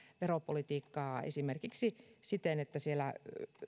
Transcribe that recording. veropolitiikkaa esimerkiksi siten että siellä